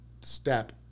step